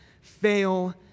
fail